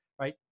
right